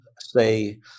say